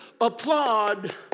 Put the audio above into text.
applaud